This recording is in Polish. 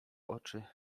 oczy